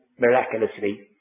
miraculously